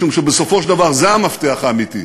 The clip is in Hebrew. משום שבסופו של דבר זה המפתח האמיתי,